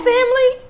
Family